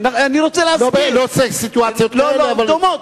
לא בדיוק כאלה, דומות.